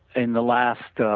in the last